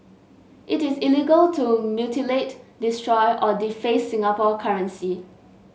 it is illegal to mutilate destroy or deface Singapore currency